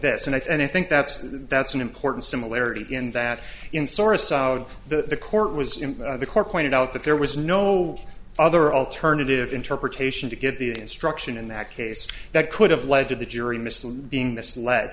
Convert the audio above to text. this and i think that's that's an important similarity in that in sorest that the court was in the core pointed out that there was no other alternative interpretation to get the instruction in that case that could have led to the jury misson being misled